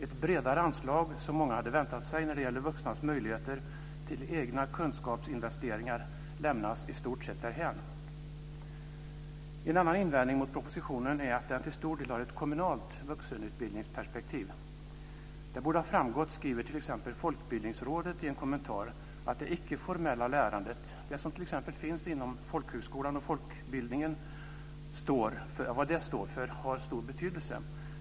Ett bredare anslag, som många hade väntat sig när det gäller vuxnas möjligheter till egna kunskapsinvesteringar, lämnas i stort sett därhän. Min enda invändning mot propositionen är att den till stor del har ett kommunalt vuxenutbildningsperspektiv. Det borde ha framgått, skriver t.ex. Folkbildningsrådet i en kommentar, att vad det icke formella lärandet, det som t.ex. finns inom folkhögskolan och folkbildningen, står för har stor betydelse.